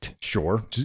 sure